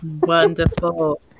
Wonderful